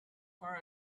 far